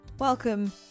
Welcome